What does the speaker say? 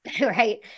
Right